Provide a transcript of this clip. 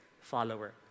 follower